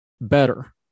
better